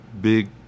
big